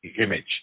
image